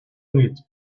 needs